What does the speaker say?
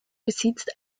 besitzt